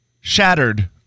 shattered